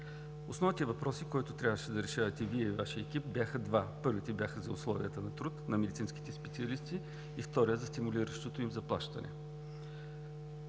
Основните въпроси, които трябваше да решавате Вие и Вашият екип, бяха два. Първият беше за условията на труд на медицинските специалисти и вторият – за стимулиращото им заплащане.